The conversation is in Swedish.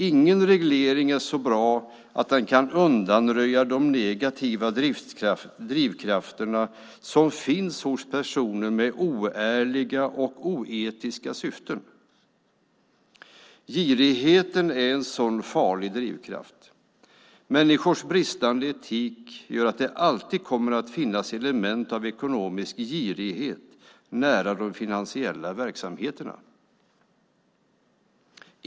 Ingen reglering är så bra att den kan undanröja de negativa drivkrafterna som finns hos personer med oärliga och oetiska syften. Girighet är en sådan farlig drivkraft. Människors bristande etik gör att det alltid kommer att finnas element av ekonomisk girighet nära de finansiella verksamheterna.